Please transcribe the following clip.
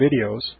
videos